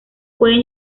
pueden